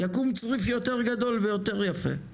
יקום צריף יותר גדול ויותר יפה.